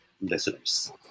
listeners